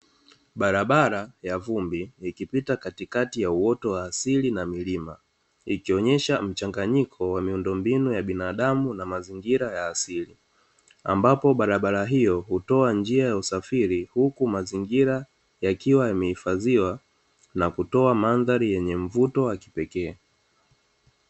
Barabara ya vumbi ikipita katikati ya uoto wa asili na milima, ikionyesha mchanganyiko wa miundombinu ya binadamu na mazingira ya asili, ambapo barabara hiyo hutoa njia ya usafiri huku mazingira yakiwa yamehifaziwa, na kutoa madhari yenye mvuto wa kipekee.